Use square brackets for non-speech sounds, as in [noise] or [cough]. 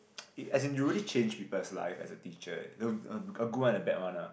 [noise] as in you really change people's life as a teacher a good one and a bad one lah